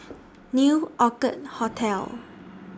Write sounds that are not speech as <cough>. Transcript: <noise> New Orchid Hotel